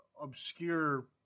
obscure